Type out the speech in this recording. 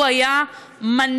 הוא היה מנוע.